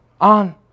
on